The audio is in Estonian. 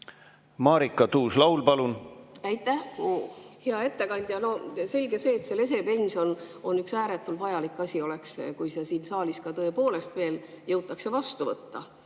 Marika Tuus-Laul, palun! Aitäh! Hea ettekandja! Selge see, et lesepension oleks üks ääretult vajalik asi, kui see siin saalis tõepoolest veel jõutaks vastu võtta.